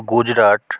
Gujarat